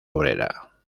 obrera